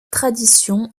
tradition